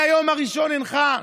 מהיום הראשון הנחה: